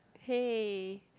hey